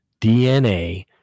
DNA